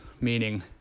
meaning